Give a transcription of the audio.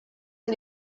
amb